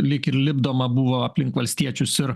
lyg ir lipdoma buvo aplink valstiečius ir